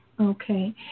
Okay